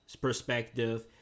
perspective